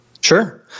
Sure